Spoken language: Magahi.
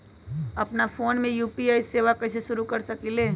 अपना फ़ोन मे यू.पी.आई सेवा कईसे शुरू कर सकीले?